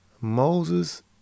Moses